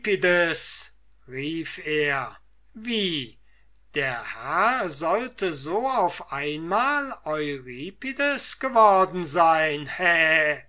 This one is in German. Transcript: rief er wie der herr sollte so auf einmal euripides worden sein hä